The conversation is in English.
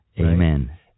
Amen